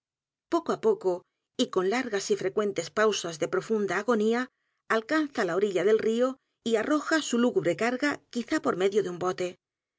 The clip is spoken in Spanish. poco á poco y con l a r g a s y frecuentes pausas de profunda agonía alcanza la orilla del río y arroja su lúgubre carga quizá por medio de un bote